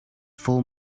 full